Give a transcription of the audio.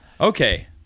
Okay